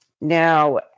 now